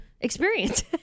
experience